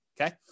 okay